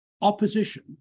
opposition